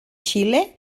xile